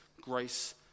grace